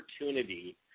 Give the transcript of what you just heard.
opportunity